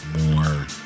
more